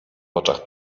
oczach